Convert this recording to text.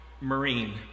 Marine